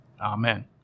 Amen